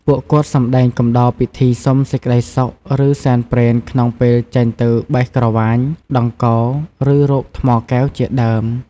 ពួកគាត់សម្ដែងកំដរពិធីសុំសេចក្ដីសុខ ឬសែនព្រេនក្នុងពេលចេញទៅបេះក្រវាញ ដង្កោ ឬរកថ្មកែវ ជាដើម។